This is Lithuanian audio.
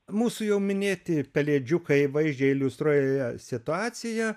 mūsų jau minėti pelėdžiukai vaizdžiai iliustruoja situaciją